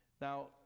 Now